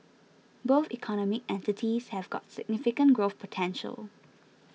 both economic entities have got significant growth potential